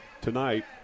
tonight